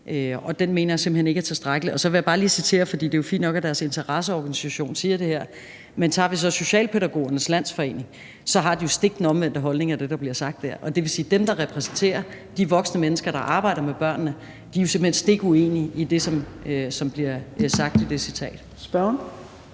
for den mener jeg simpelt hen ikke er tilstrækkelig. Det er fint nok, at deres interesseorganisation siger det her, men tager vi så Socialpædagogernes Landsforbund, har de jo den stik modsatte holdning af det, der bliver sagt der. Det vil sige, at dem, der repræsenterer de voksne mennesker, der arbejder med børnene, simpelt hen er stik uenige i det, som bliver sagt i det citat. Kl.